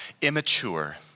immature